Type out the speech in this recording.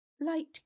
light